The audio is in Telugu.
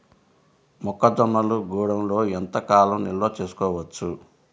మొక్క జొన్నలు గూడంలో ఎంత కాలం నిల్వ చేసుకోవచ్చు?